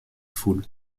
foule